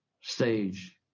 stage